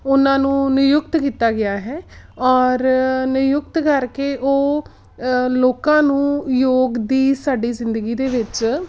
ਉਨ੍ਹਾਂ ਨੂੰ ਨਿਯੁਕਤ ਕੀਤਾ ਗਿਆ ਹੈ ਔਰ ਨਿਯੁਕਤ ਕਰਕੇ ਉਹ ਲੋਕਾਂ ਨੂੰ ਯੋਗ ਦੀ ਸਾਡੀ ਜ਼ਿੰਦਗੀ ਦੇ ਵਿੱਚ